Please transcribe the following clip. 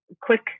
quick